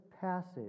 passage